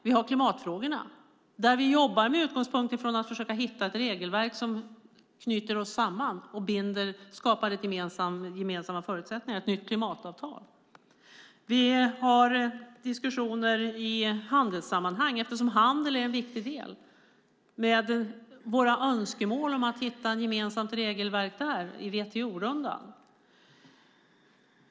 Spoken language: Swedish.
Vi har klimatfrågorna, där vi jobbar med utgångspunkt från att försöka hitta ett regelverk som knyter och binder oss samman och skapar gemensamma förutsättningar och ett nytt klimatavtal. Vi för diskussioner i handelssammanhang eftersom handel är en viktig del. Våra önskemål är att hitta ett gemensamt regelverk i WTO-rundan.